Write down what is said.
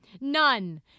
None